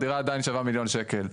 והדירה עדיין נשארה מיליון שקל.